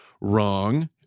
wrong